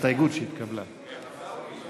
ההסתייגות השנייה של חבר הכנסת נחמן שי לתוספת לא נתקבלה.